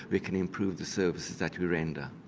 we can improve the services that we render.